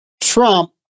Trump